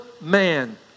man